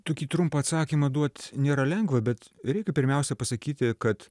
tokį trumpą atsakymą duot nėra lengva bet reikia pirmiausia pasakyti kad